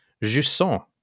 Jusson